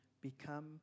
become